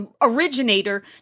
originator